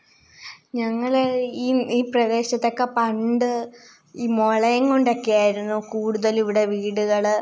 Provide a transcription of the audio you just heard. ഞങ്ങൾ ഇ ഈ പ്രദേശത്തൊക്കെ പണ്ട് ഈ മുള കൊണ്ടൊക്കെ കൂടുതലിവിടെ വീടുകൾ